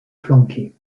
flanquée